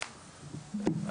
הון,